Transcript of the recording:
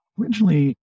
Originally